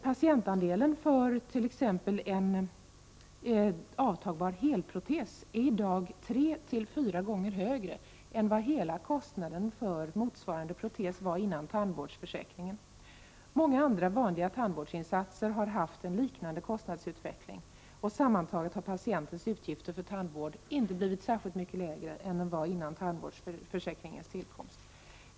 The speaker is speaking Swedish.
Patientandelen av kostnaderna för t.ex. en avtagbar helprotes är i dag tre till fyra gånger högre än vad hela kostnaden för motsvarande protes var innan tandvårdsförsäkringen genomfördes. Många andra vanliga tandvårdsinsatser har haft en liknande kostnadsutveckling, och sammantaget har patientens utgifter för tandvård inte blivit särskilt mycket lägre än de var före tandvårdsförsäkringens tillkomst.